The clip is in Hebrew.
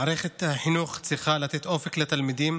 מערכת החינוך צריכה לתת אופק לתלמידים